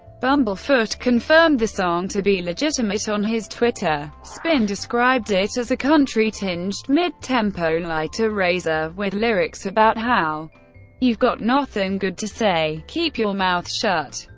bumblefoot confirmed the song to be legitimate on his twitter. spin described it as a country-tinged, mid-tempo lighter-raiser with lyrics about how you've got nothin' good to say keep your mouth shut.